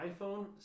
iPhone